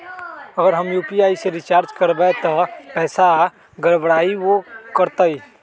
अगर हम यू.पी.आई से रिचार्ज करबै त पैसा गड़बड़ाई वो करतई?